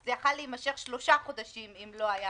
זה היה יכול להימשך שלושה חודשים אם לא היה